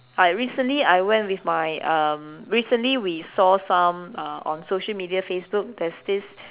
I recently I went with my um recently we saw some uh on social media Facebook there's is